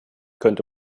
könnte